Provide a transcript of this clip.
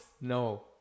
No